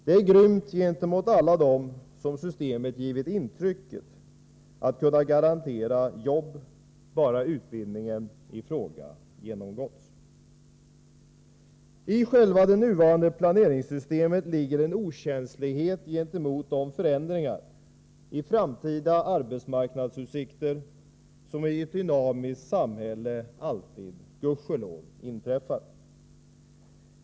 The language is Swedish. Detta är grymt gentemot alla dem som systemet givit intrycket att kunna garantera jobb bara utbildningen i fråga genomgåtts. I själva det nuvarande planeringssystemet ligger en okänslighet för de förändringar i framtida arbetsmarknadsutsikter som i ett dynamiskt samhälle alltid, gudskelov, inträffar.